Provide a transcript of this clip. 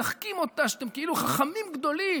משחקים אותה שאתם כאילו חכמים גדולים.